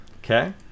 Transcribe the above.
okay